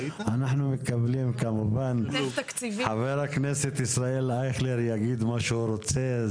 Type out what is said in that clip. אבל חבר הכנסת ישראל אייכלר יגיד מה שהוא רוצה,